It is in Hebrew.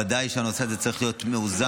ודאי שהנושא הזה צריך להיות מאוזן,